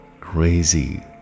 crazy